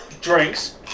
drinks